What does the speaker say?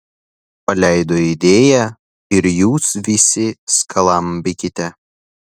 paleido idėją ir jūs visi skalambykite